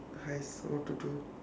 !hais! what to do